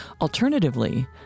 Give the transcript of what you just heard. Alternatively